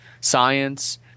science